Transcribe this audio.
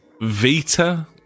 Vita